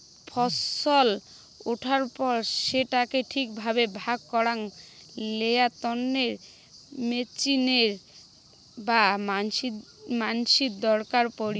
ফছল উঠার পর সেটাকে ঠিক ভাবে ভাগ করাং লেয়ার তন্নে মেচিনের বা মানসির দরকার পড়ি